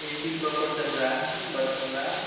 ए C proper चल रहा है उसमे वर्क कर रहा है